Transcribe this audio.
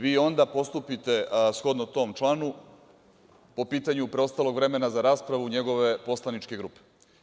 Vi onda postupite shodno tom članu, po pitanju preostalog vremena za raspravu njegove poslaničke grupe.